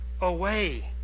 away